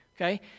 okay